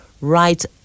right